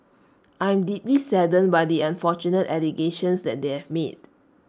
I am deeply saddened by the unfortunate allegations that they have made